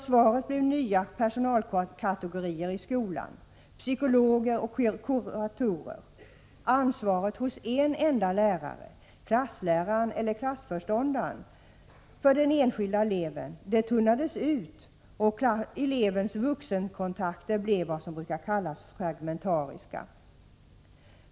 Svaret blev nya personalkategorier i skolan, psykologer och kuratorer. Ansvaret hos en enda lärare, klassläraren och klassföreståndaren, för den enskilda eleven tunnades ut och elevens vuxenkontakter blev vad som brukar kallas fragmentariska.